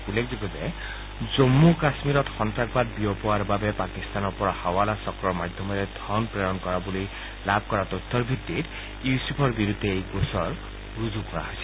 উল্লেখযোগ্য যে জম্মু কাশ্মীৰত সন্তাসবাদ বিয়পোৱাৰ বাবে পাকিস্তানৰ পৰা হাৱালা চক্ৰৰ মাধ্যমেৰে ধন প্ৰেৰণ কৰা বুলি লাভ কৰা তথ্যৰ ভিত্তিত ইউছুভৰ বিৰুদ্ধে এই গোচৰটো ৰুজু কৰা হৈছিল